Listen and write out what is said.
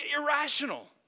irrational